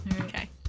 Okay